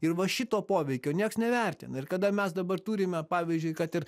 ir va šito poveikio nieks nevertina ir kada mes dabar turime pavyzdžiui kad ir